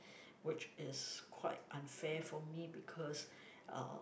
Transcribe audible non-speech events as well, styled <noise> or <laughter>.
<breath> which is quite unfair for me because uh